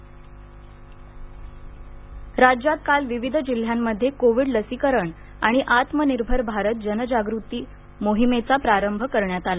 Covid लसीकरण जनजागृती राज्यात काल विविध जिल्ह्यांमध्ये कोविड लसीकरण आणि आत्मनिर्भर भारत जनजागृती मोहिमेचा प्रारंभ करण्यात आला